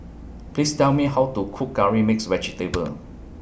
Please Tell Me How to Cook Curry Mixed Vegetable